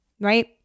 right